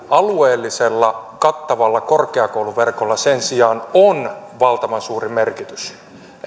alueellisella kattavalla korkeakouluverkolla sen sijaan on valtavan suuri merkitys